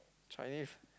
Chinese